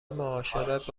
معاشرت